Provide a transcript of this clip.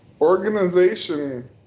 organization